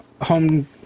home